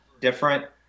different